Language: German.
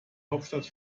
hauptstadt